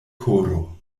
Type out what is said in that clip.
koro